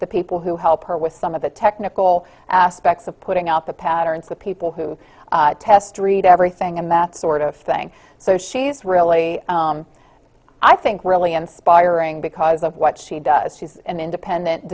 the people who help her with some of the technical aspects of putting out the patterns with people who test read everything and math sort of thing so she's really i think really inspiring because of what she does she's an independent